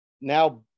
Now